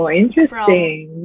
interesting